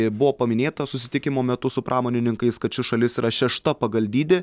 buvo paminėta susitikimo metu su pramonininkais kad ši šalis yra šešta pagal dydį